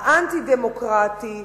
האנטי-דמוקרטי,